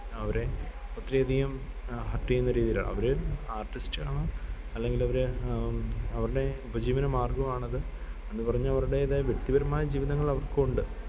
അവരെ ഒത്തിരിയധികം ഹര്ട്ട് ചെയ്യുന്ന രീതീലാണ് അവർ ആര്ട്ടിസ്റ്റാണ് അല്ലെങ്കിലവർ അവരുടെ ഉപജീവനമാര്ഗമാണത് എന്ന് പറഞ്ഞ് അവരുടെതായ വ്യകതിപരമായ ജീവിതങ്ങൾ അവര്ക്കൊണ്ട്